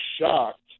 shocked